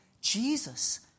Jesus